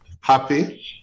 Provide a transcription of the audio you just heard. happy